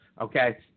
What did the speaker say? okay